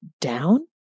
down